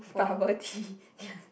bubble tea